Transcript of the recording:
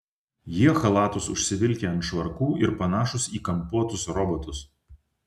jie chalatus užsivilkę ant švarkų ir panašūs į kampuotus robotus